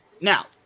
Now